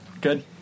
Good